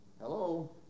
Hello